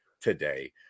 today